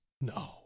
No